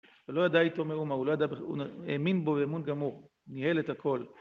הוא לא ידע איתו מאומה, הוא לא ידע, הוא האמין בו באמון גמור, ניהל את הכל.